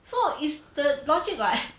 so it's the logic [what]